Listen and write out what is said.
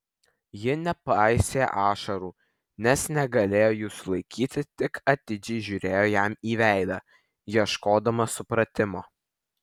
ji nepaisė ašarų nes negalėjo jų sulaikyti tik atidžiai žiūrėjo jam į veidą ieškodama supratimo